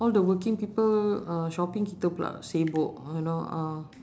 all the working people uh shopping kita pula sibuk you know uh